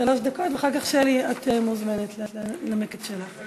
שלוש דקות, ואחר כך, שלי, את מוזמנת לנמק את שלך.